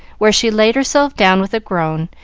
where she laid herself down with a groan,